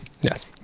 yes